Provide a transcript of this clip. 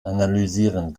analysieren